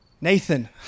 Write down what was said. Nathan